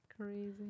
Crazy